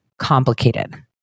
complicated